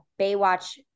Baywatch